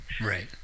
Right